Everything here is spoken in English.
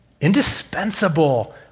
Indispensable